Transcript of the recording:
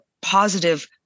positive